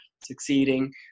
succeeding